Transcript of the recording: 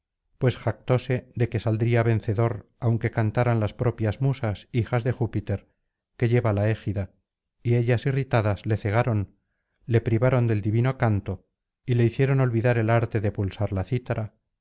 pues jactóse de que saldría vencedor aunque cantaran las propias musas hijas de júpiter que lleva la égida y ellas irritadas le cegaron le privaron del divino canto y le hicieron olvidar el arte de pulsar la cítara